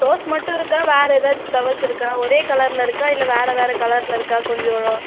rose மட்டும் இருக்கா வேறு ஏதாச்சும் ஃப்ளவர்ஸ் இருக்கா ஒரே கலரில் இருக்கா இல்லை வேறு வேறு கலரில் இருக்கா கொஞ்சம்